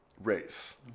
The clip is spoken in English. race